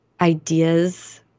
ideas